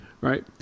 right